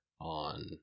on